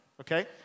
okay